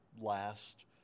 last